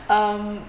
um